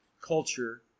culture